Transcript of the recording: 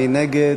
מי נגד?